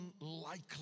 unlikely